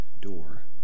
door